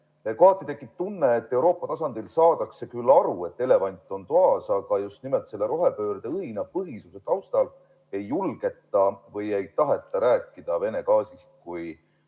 Kohati tekib tunne, et Euroopa tasandil saadakse küll aru, et elevant on toas, aga just nimelt selle rohepöörde õhinapõhisuse taustal ei julgeta või ei taheta rääkida Vene gaasist kui